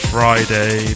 Friday